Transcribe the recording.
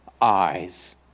eyes